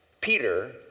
Peter